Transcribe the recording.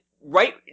right